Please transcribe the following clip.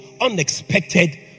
unexpected